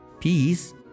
peace